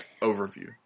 overview